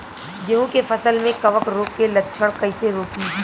गेहूं के फसल में कवक रोग के लक्षण कईसे रोकी?